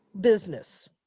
business